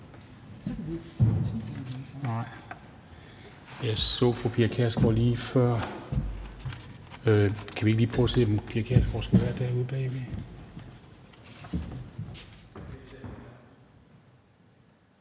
Så kan man ikke